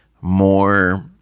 more